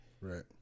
Right